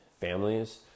families